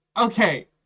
okay